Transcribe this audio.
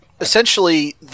Essentially